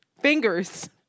fingers